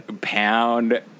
pound